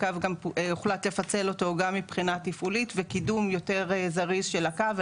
הקו גם הוחלט לפצל אותו גם מבחינה תפעולית וקידום יותר זריז של הקו,